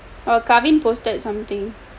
!wah! kaveen posted something